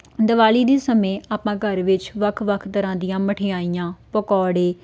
ਦਿਵਾਲੀ ਦੀ ਸਮੇਂ ਆਪਾਂ ਘਰ ਵਿੱਚ ਵੱਖ ਵੱਖ ਤਰ੍ਹਾਂ ਦੀਆਂ ਮਠਿਆਈਆਂ ਪਕੌੜੇ